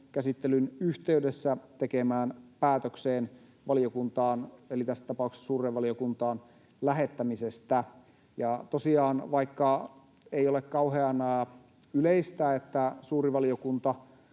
käsittelyn yhteydessä tekemään päätökseen valiokuntaan, eli tässä tapauksessa suureen valiokuntaan, lähettämisestä. Ja tosiaan, vaikka ei ole kauhean yleistä, että suuri valiokunta